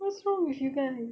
what's wrong with you guys